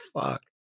fuck